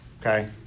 Okay